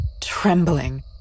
trembling